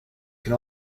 can